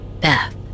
Beth